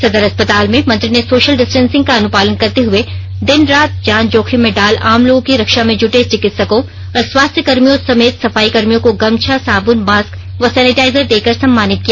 सदर अस्पताल में मंत्री ने सोशल डिस्टेंसिंग का अनुपालन करते हुए दिनरात जान जोखिम में डाल आम लोगों की रक्षा में जुटे चिकित्सकों और स्वास्थ्यकर्मियों समेत सफाई कर्मियों को गमछा साबुन मास्क व सेनेटाइजर देकर सम्मानित किया